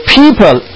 people